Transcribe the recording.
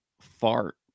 fart